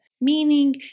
meaning